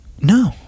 No